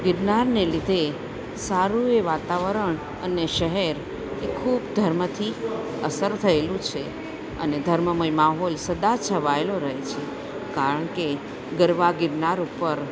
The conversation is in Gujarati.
ગિરનારને લીધે સારું એ વાતાવરણ અને શહેર એ ખૂબ ધર્મથી અસર થયેલું છે અને ધર્મમય માહોલ સદા છવાયેલો રહે છે કારણ કે ગરવા ગિરનાર ઉપર